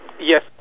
Yes